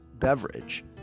beverage